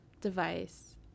device